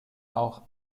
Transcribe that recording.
auch